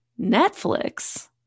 Netflix